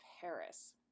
Paris